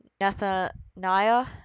Nathaniah